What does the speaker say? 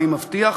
אני מבטיח,